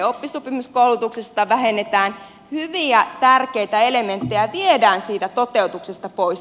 oppisopimuskoulutuksesta vähennetään hyviä tärkeitä elementtejä viedään siitä toteutuksesta pois